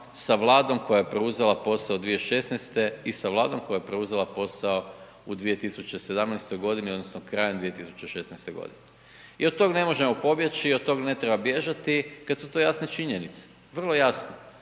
sa vladom koja je preuzela posao 2016. i sa vladom koja je preuzela posao u 2017. godine, odnosno krajem 2016. godine. I od tog ne možemo pobjeći i od tog ne treba bježati kad su to jasne činjenice, vrlo jasno